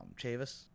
Chavis